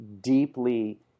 deeply